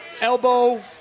elbow